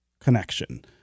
connection